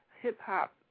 hip-hop